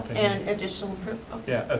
additional proof, okay. yeah,